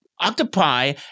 octopi